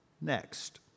next